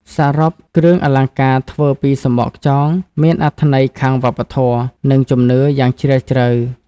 សរុប គ្រឿងអលង្ការធ្វើពីសំបកខ្យងមានអត្ថន័យខាងវប្បធម៌ និងជំនឿយ៉ាងជ្រាលជ្រៅ។